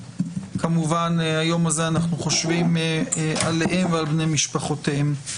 כמובן היום הזה אנחנו חושבים עליהם ועל בני משפחותיהם.